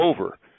over